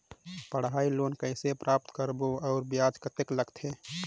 पढ़ाई लोन कइसे प्राप्त करबो अउ ब्याज कतेक लगथे?